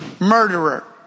murderer